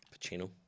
Pacino